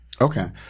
Okay